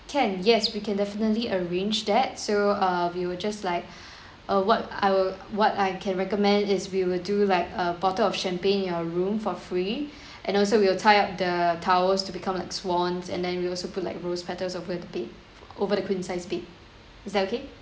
can yes we can definitely arrange that so err we will just like uh what I will what I can recommend is we will do like a bottle of champagne in your room for free and also we will tie up the towels to become like swans and then we also put like rose petals over the bed over the queen size bed is that okay